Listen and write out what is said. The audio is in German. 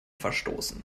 verstoßen